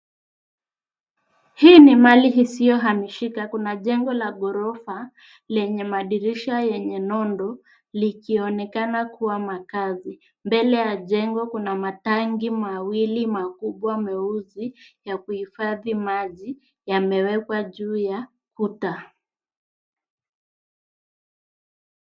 Hii ni mali isiyohamishika. Kuna jengo la ghorofa lenye madirisha yenye nondo likionekana kuwa makazi. Mbele ya jengo kuna matanki mawili makubwa meusi ya kuhifadhi maji yamewekwa juu ya kuta.